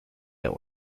der